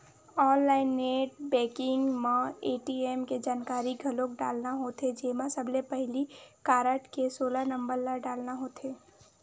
online net banking म ATM के जानकारी घलोक डालना होथे जेमा सबले पहिली कारड के सोलह नंबर ल डालना होथे